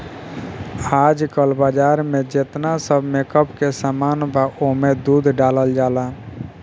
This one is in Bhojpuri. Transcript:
आजकल बाजार में जेतना सब मेकअप के सामान बा ओमे दूध डालल जाला